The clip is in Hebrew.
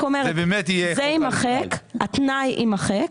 אני רק אומרת שהתנאי יימחק,